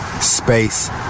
space